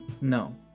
No